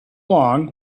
long